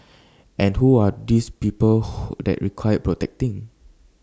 and who are these people that require protecting